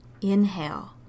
Inhale